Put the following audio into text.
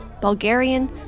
Bulgarian